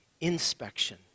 inspection